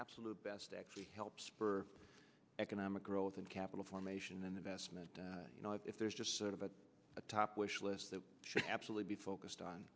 absolute best actually help spur economic growth and capital formation and investment you know if there's just sort of a top wish list that should absolutely be focused on